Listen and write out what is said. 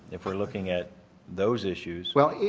if we're looking at those issues. well,